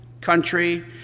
country